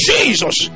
Jesus